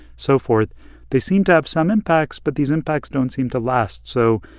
so forth they seem to have some impacts, but these impacts don't seem to last. so,